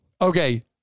Okay